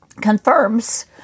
confirms